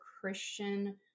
Christian